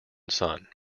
son